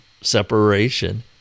separation –